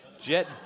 Jet